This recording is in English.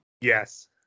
Yes